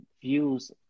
views